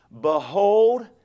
Behold